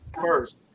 first